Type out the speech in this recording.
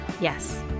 Yes